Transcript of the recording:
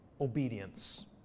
Obedience